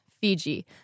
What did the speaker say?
Fiji